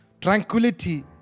Tranquility